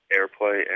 Airplay